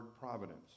providence